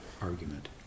argument